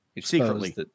secretly